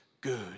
good